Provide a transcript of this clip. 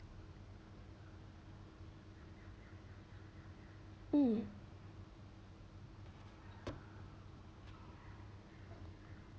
mm